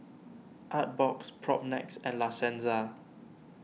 Artbox Propnex and La Senza